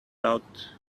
out